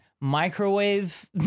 microwave